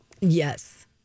yes